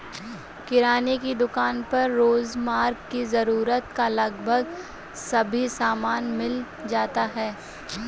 किराने की दुकान पर रोजमर्रा की जरूरत का लगभग सभी सामान मिल जाता है